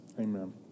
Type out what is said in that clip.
Amen